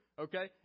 Okay